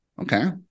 Okay